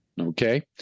okay